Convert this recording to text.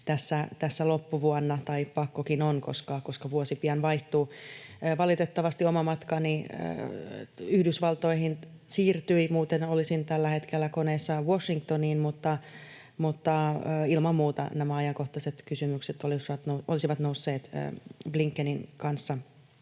tässä loppuvuonna — ja pakkokin on, koska vuosi pian vaihtuu. Valitettavasti oma matkani Yhdysvaltoihin siirtyi, muuten olisin tällä hetkellä koneessa Washingtoniin, mutta ilman muuta nämä ajankohtaiset kysymykset olisivat nousseet ministeri Blinkenin kanssa